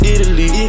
Italy